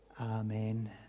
Amen